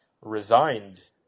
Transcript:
resigned